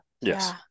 yes